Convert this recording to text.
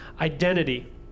identity